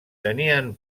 tenien